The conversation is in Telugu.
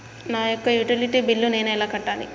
నా యొక్క యుటిలిటీ బిల్లు నేను ఎలా కట్టాలి?